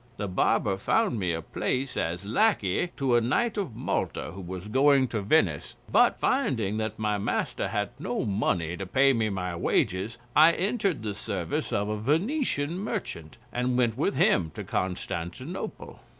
the barber found me a place as lackey to a knight of malta who was going to venice, but finding that my master had no money to pay me my wages i entered the service of a venetian merchant, and went with him to constantinople.